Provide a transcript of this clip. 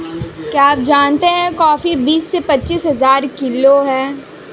क्या आप जानते है कॉफ़ी बीस से पच्चीस हज़ार रुपए किलो है?